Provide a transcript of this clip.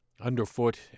underfoot